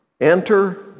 Enter